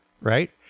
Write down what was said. right